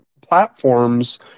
platforms